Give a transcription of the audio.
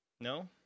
No